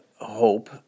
hope